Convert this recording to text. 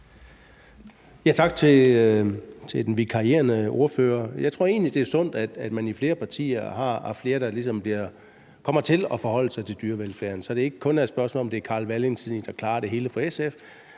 Tak til den vikarierende ordfører. Jeg tror egentlig, det er sundt, at man i flere partier har flere, der kommer til at forholde sig til dyrevelfærden, så det ikke kun er et spørgsmål om, at det er Carl Valentin, der klarer det hele for SF,